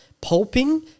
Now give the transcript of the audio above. Pulping